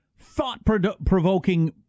thought-provoking